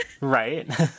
Right